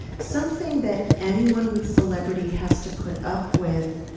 something that anyone with celebrity has to put up with